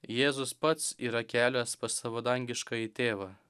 jėzus pats yra kelias pas savo dangiškąjį tėvą